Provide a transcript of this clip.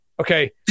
okay